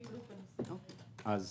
רק